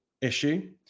issue